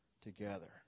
together